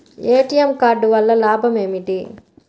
ATM card వల్ల లాభం ఏమిటి?